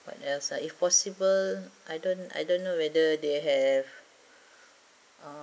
what else ah if possible I don't I don't know whether they have